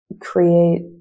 create